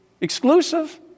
Exclusive